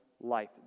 life